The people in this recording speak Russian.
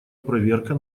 проверка